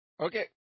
Okay